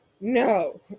No